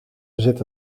zit